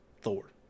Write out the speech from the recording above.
Thor